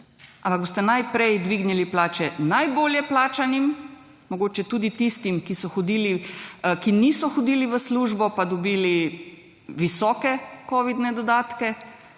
Ampak boste najprej dvignili plače najbolje plačanim, mogoče tudi tistim, ki so hodili, ki niso hodili v službo, pa dobili visoke covidne dodatke,